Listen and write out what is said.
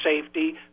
safety